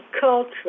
culture